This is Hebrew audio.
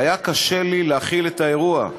היה קשה לי להכיל את האירוע.